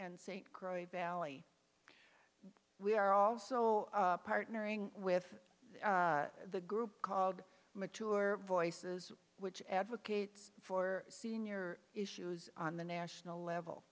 and st croix valley we are also partnering with the group called mature voices which advocates for senior issues on the national level